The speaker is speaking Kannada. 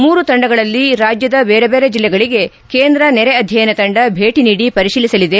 ಮೂರು ತಂಡಗಳಲ್ಲಿ ರಾಜ್ಯದ ಬೇರೆ ಬೇರೆ ಜಿಲ್ಲೆಗಳಗೆ ಕೇಂದ್ರ ನೆರೆ ಅಧ್ಯಯನ ತಂಡ ಭೇಟಿ ನೀಡಿ ಪರಿತೀಲಸಲಿದೆ